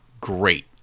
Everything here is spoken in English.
great